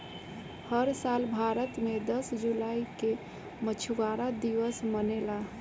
हर साल भारत मे दस जुलाई के मछुआरा दिवस मनेला